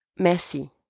Merci